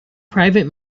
private